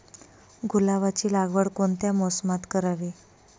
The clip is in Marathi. गुलाबाची लागवड कोणत्या मोसमात करावी?